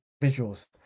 individuals